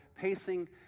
pacing